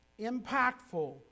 impactful